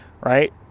right